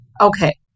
Okay